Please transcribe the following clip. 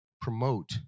promote